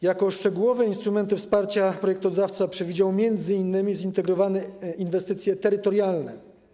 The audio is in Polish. Jako szczegółowe instrumenty wsparcia projektodawca przewidział m.in. zintegrowane inwestycje terytorialne.